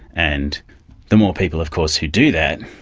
and the more people of course who do that,